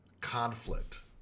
conflict